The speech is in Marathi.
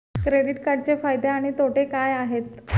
क्रेडिट कार्डचे फायदे आणि तोटे काय आहेत?